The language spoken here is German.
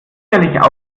sicherlich